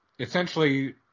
Essentially